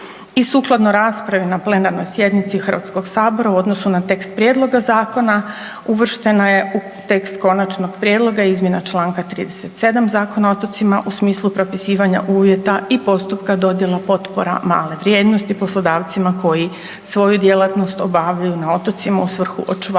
I sukladno raspravi na plenarnoj sjednici HS u odnosu na tekst prijedloga zakona uvrštena je u tekst konačnog prijedloga izmjena čl. 37. Zakona o otocima u smislu propisivanja uvjeta i postupka dodjela potpora male vrijednosti poslodavcima koji svoju djelatnost obavljaju na otocima u svrhu očuvanja